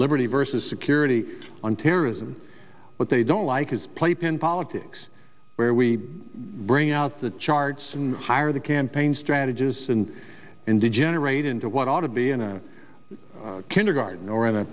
liberty versus security on terrorism what they don't like is playpen politics where we bring out the charts and hire the campaign strategists and in degenerate into what ought to be in a kindergarten or in a